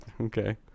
Okay